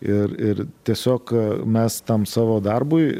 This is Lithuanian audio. ir ir tiesiog mes tam savo darbui